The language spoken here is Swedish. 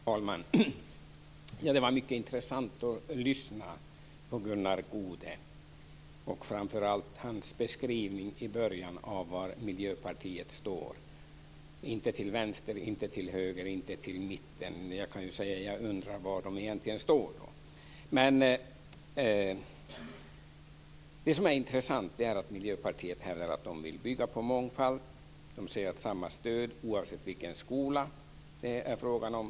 Herr talman! Det var mycket intressant att lyssna på Gunnar Goude och framför allt på hans inledande beskrivning av var Miljöpartiet står, inte till vänster, inte till höger och inte i mitten. Man kan ju undra var Miljöpartiet egentligen befinner sig. Det som är intressant här är att Miljöpartiet vill att man ska bygga på mångfald. Man säger att det ska vara samma stöd oavsett vilken skola det rör sig om.